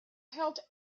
health